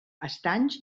estanys